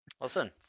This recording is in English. Listen